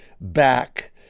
back